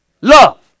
love